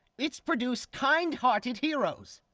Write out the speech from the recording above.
its produce kind hearted heroes,